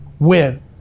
win